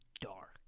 dark